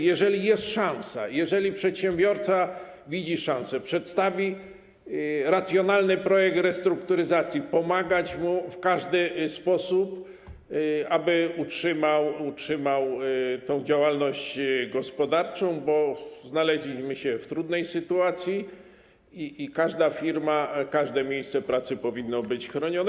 Jeżeli jest szansa, jeżeli przedsiębiorca widzi szansę, przedstawi racjonalny projekt restrukturyzacji, trzeba pomagać mu w każdy sposób, aby utrzymał tę działalność gospodarczą, bo znaleźliśmy się w trudnej sytuacji i każda firma, każde miejsce pracy powinno być chronione.